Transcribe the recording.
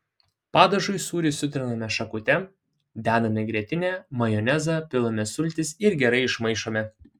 padažui sūrį sutriname šakute dedame grietinę majonezą pilame sultis ir gerai išmaišome